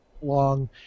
long